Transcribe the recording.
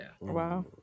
Wow